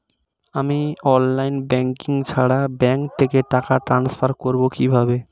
আমি online banking ছাড়া bank থেকে টাকা ট্রান্সফার করবো কিভাবে?